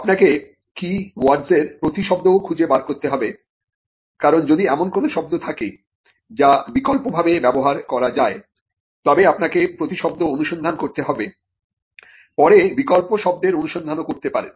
আপনাকে কিওয়ার্ডসের প্রতিশব্দও খুঁজে বার করতে হবে কারণ যদি এমন কোন শব্দ থাকে যা বিকল্পভাবে ব্যবহার করা যায় তবে আপনাকে প্রতিশব্দ অনুসন্ধান করতে হবে পরে বিকল্প শব্দের অনুসন্ধানও করতে পারেন